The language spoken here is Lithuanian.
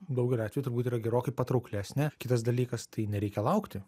daugeliu atvejų turbūt yra gerokai patrauklesnė kitas dalykas tai nereikia laukti